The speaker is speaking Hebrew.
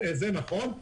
זה נכון.